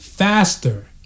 faster